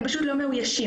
והם פשוט לא מאוישים,